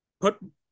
put